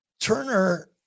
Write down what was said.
Turner